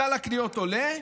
סל הקניות עולה,